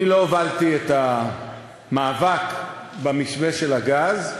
אני לא הובלתי את המאבק במתווה של הגז,